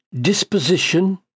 disposition